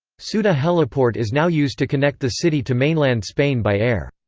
ceuta heliport is now used to connect the city to mainland spain by air.